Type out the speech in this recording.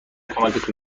کمکتون